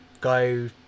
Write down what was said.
go